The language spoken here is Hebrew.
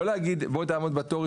לא להגיד: בוא תעמוד בתור,